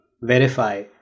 verify